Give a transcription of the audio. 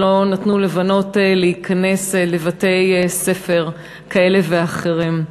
שלא נתנו לבנות להיכנס לבתי-ספר כאלה ואחרים.